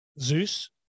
zeus